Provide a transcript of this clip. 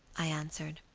i answered.